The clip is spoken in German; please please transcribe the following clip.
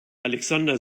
alexander